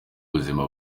buzima